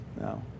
No